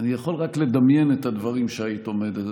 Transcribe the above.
אנחנו לא אחראים אם אנחנו לא תומכים בחוק האזרחות.